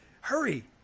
hurry